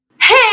hey